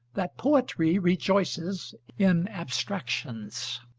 that poetry rejoices in abstractions.